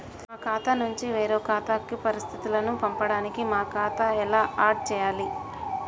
మా ఖాతా నుంచి వేరొక ఖాతాకు పరిస్థితులను పంపడానికి మా ఖాతా ఎలా ఆడ్ చేయాలి?